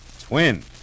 Twin